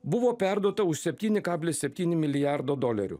buvo perduota už septyni kablis septyni milijardo dolerių